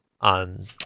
on